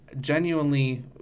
genuinely